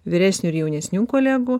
vyresnių ir jaunesnių kolegų